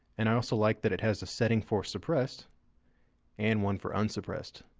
and i also like that it has the setting for suppressed and one for unsuppressed.